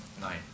nine